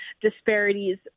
disparities